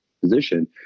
position